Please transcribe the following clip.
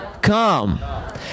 come